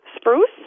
spruce